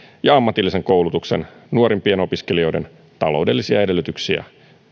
ja ammatillisen koulutuksen nuorimpien opiskelijoiden taloudellisia edellytyksiä